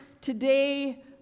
today